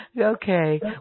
Okay